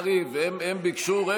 הטובים